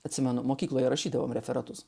atsimenu mokykloje rašydavom referatus